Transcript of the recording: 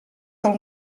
del